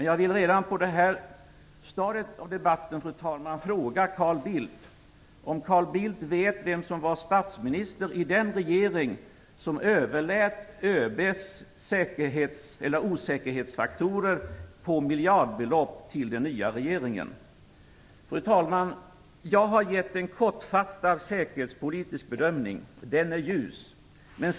Jag vill redan på det här stadiet av debatten, fru talman, fråga Carl Bildt om han vet vem som var statsminister i den regering som överlät ÖB:s osäkerhetsfaktorer på miljardbelopp till den nya regeringen. Fru talman! Jag har gett en kortfattad säkerhetspolitisk bedömning. Den är ljus.